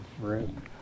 room